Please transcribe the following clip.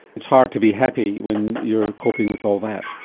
it's hard to be happy when you're coping with all that.